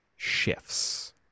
shifts